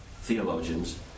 theologians